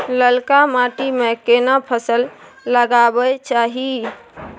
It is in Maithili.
ललका माटी में केना फसल लगाबै चाही?